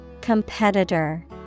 competitor